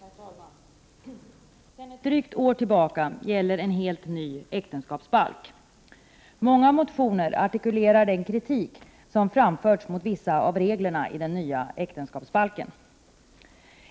Herr talman! Sedan drygt ett år tillbaka gäller en helt ny äktenskapsbalk. Många motioner artikulerar den kritik som framförts mot vissa av reglerna i den nya äktenskapsbalken.